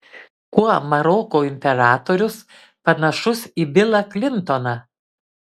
kuo maroko imperatorius panašus į bilą klintoną